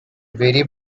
vary